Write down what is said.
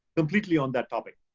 completely on that topic.